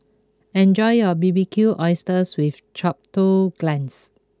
enjoy your Barbecued Oysters with Chipotle Glaze